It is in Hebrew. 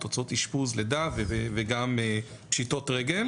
הוצאות אשפוז לידה וגם פשיטות רגל.